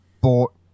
bought